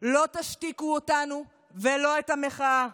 לא תשתיקו אותנו ולא את המחאה.